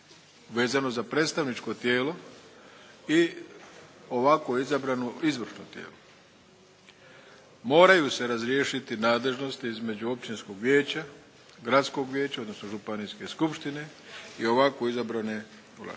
vezano za predstavničko tijelo i ovako izabrano izvršno tijelo. Moraju se razriješiti nadležnosti između općinskog vijeća, gradskog vijeća odnosno županijske skupštine i ovako izabrane vlasti